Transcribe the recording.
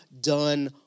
done